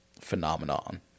phenomenon